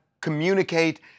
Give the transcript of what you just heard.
communicate